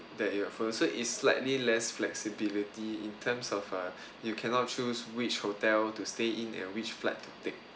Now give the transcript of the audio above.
that you are or it's slightly less flexibility in terms of uh you cannot choose which hotel to stay in and which flight to take